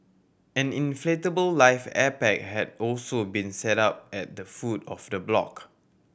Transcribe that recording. an inflatable life air pack had also been set up at the foot of the block